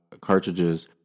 cartridges